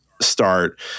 start